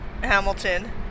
Hamilton